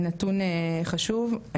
נתון חשוב.